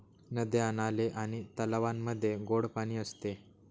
नद्या, नाले आणि तलावांमध्ये गोड पाणी असते